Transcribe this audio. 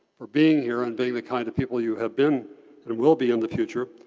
for being here and being the kind of people you have been and will be in the future.